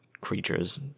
creatures